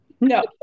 No